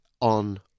on